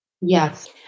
Yes